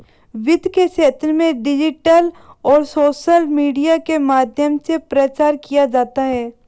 वित्त के क्षेत्र में डिजिटल और सोशल मीडिया के माध्यम से प्रचार किया जाता है